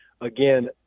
again